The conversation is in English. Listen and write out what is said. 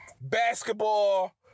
basketball